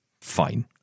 fine